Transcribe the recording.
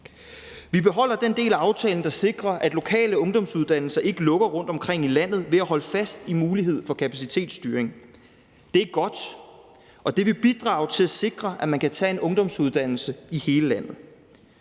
Vi beholder den del af aftalen, der sikrer, at lokale ungdomsuddannelser ikke lukker rundtomkring i landet, ved at holde fast i muligheden for kapacitetsstyring. Det er godt, og det vil bidrage til at sikre, at man kan tage en ungdomsuddannelse i hele landet.